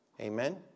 Amen